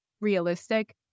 realistic